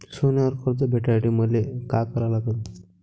सोन्यावर कर्ज भेटासाठी मले का करा लागन?